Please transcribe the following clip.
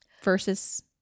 Versus